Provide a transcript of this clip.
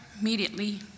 immediately